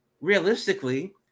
realistically